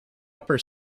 upper